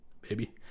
baby